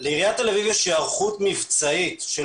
לעיריית תל אביב יש היערכות מבצעית של